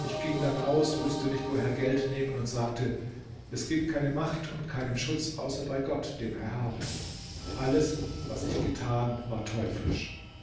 ich ging dann aus wußte nicht woher geld nehmen und sagte es gibt keine macht und keinen schutz außer bei gott dem erhabenen alles was ich getan war teuflisch